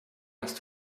hast